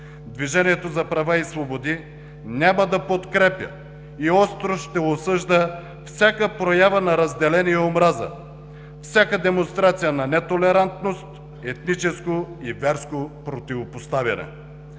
Движението за права и свободи няма да подкрепя и остро ще осъжда всяка проява на разделение и омраза, всяка демонстрация на нетолерантност, етническо и верско противопоставяне.